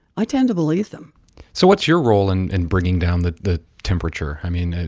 i tend to believe them so what's your role in and bringing down the the temperature i mean,